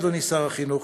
אדוני שר החינוך,